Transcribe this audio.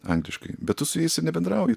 angliškai bet tu su jais ir nebendrauji